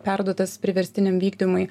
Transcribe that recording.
perduotas priverstiniam vykdymui